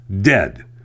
dead